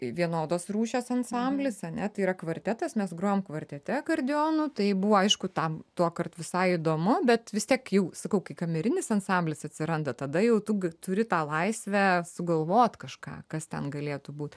vienodos rūšies ansamblis ane tai yra kvartetas mes grojom kvartete akordeonų tai buvo aišku tam tuokart visai įdomu bet vis tiek jau sakau kai kamerinis ansamblis atsiranda tada jau tu turi tą laisvę sugalvot kažką kas ten galėtų būt